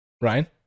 Ryan